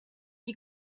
die